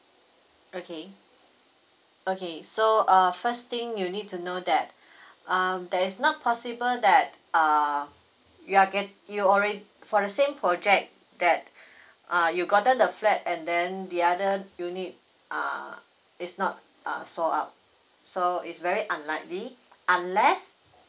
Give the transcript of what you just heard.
okay okay so err first thing you need to know that um that's not possible that err you're get~ you already for the same project that you gotten the flat and then the other unit err is not err sold out so it's very unlikely unless